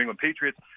Patriots